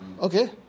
okay